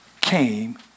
came